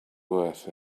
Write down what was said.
worth